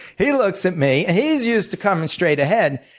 he looks at me and he's used to coming straight ahead.